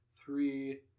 Three